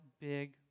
big